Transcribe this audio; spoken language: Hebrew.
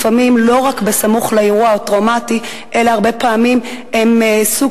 לפעמים לא רק סמוך לאירוע הטראומטי אלא הרבה פעמים הן סוג